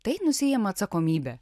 tai nusiima atsakomybę